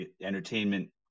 entertainment